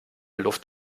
luft